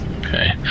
Okay